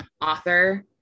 author